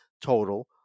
total